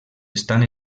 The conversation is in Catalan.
estan